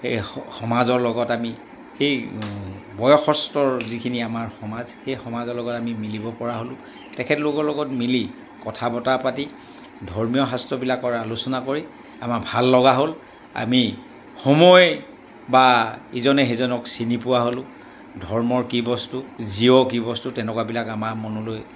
সেই সমাজৰ লগত আমি সেই বয়সস্থৰ যিখিনি আমাৰ সমাজ সেই সমাজৰ লগত আমি মিলিব পৰা হ'লোঁ তেখেতলোকৰ লগত মিলি কথা বতৰা পাতি ধৰ্মীয় শাস্ত্ৰবিলাকৰ আলোচনা কৰি আমাৰ ভাল লগা হ'ল আমি সময় বা ইজনে সিজনক চিনি পোৱা হ'লোঁ ধৰ্মৰ কি বস্তু জীৱ কি বস্তু তেনেকুৱাবিলাক আমাৰ মনলৈ